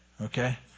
Okay